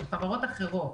חברות אחרות,